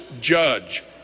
judge